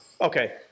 Okay